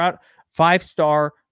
five-star